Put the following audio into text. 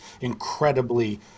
incredibly